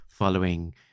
following